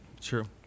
True